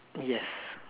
yes